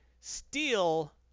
steal